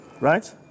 Right